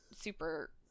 super